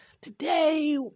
Today